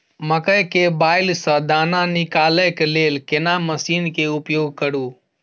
मकई के बाईल स दाना निकालय के लेल केना मसीन के उपयोग करू?